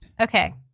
Okay